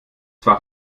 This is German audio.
fach